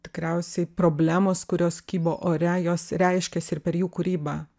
tikriausiai problemos kurios kybo ore jos reiškiasi ir per jų kūrybą